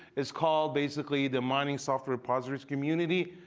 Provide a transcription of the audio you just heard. is called basically the mining software repositories community.